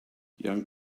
young